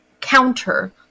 counter-